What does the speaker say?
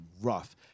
rough